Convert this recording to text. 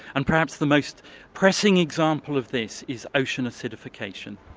and perhaps the most pressing example of this is ocean acidification.